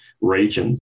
region